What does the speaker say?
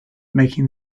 making